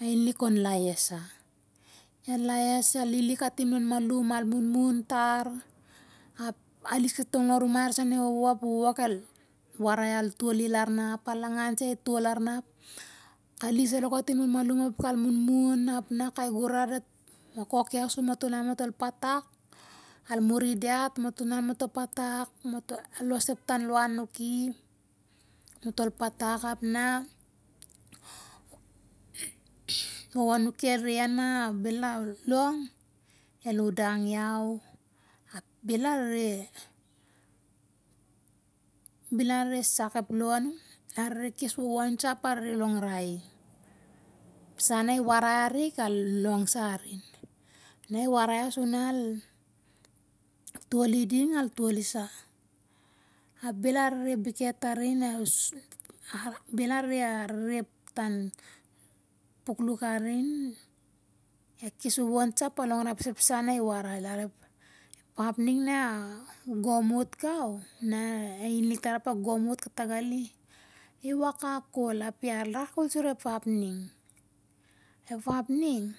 ainlik kon laes sa. A laes, al lili katim lon malum, al munmun tar ap al lis katong lo memai arisan e wowo. E wowo el alarai al to'l i lar na, al angan, su el to'l lar na apal is salo' katim lon malum, ap al munmun. Ap na kai gurar dit el kok iau sur mato'l putak, al muri diat. Mato'l el an, mato'l el patak. al los ep tan livan anuki. Mato'l patak ap na e wowo anuki el rere iau nu bel a long, el udang iau, bel a rere, bel a rere suk ep lon. A rere kes wowon sa ap a longrai i, ep sa na i warai arik, al long sa arin. Na i warai ia su na al to'l i ding, al to'l isa. ap bel a rere bikhet arin, ap bel a rere tar ep puklun arin, al kes wowon sa ap al longrai ep sa na i warai. Ap ning na a gom ot tar, agomot tar ap a inan kuta guli.